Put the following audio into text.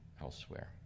elsewhere